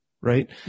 right